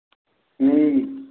اۭں